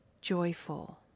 joyful